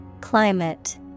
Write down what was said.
Climate